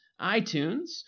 iTunes